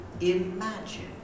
imagine